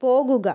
പോകുക